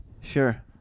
Sure